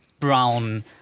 brown